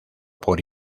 por